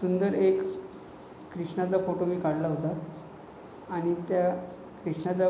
सुंदर एक क्रिष्णाचा फोटो मी काढला होता आणि त्या क्रिष्णाचा